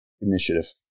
Initiative